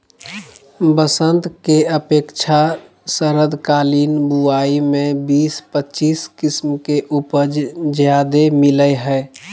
बसंत के अपेक्षा शरदकालीन बुवाई में बीस पच्चीस किस्म के उपज ज्यादे मिलय हइ